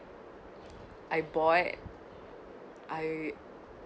I bought I